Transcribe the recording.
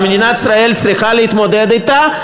שמדינת ישראל צריכה להתמודד אתה,